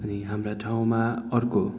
अनि हाम्रा ठाउँमा अर्को